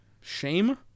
Shame